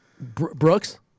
Brooks